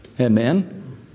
Amen